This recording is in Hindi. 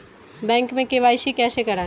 बैंक में के.वाई.सी कैसे करायें?